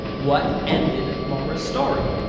what ended laura's story?